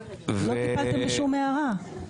לא טיפלתם בשום הערה.